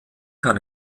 kann